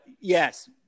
yes